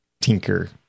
tinker